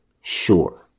sure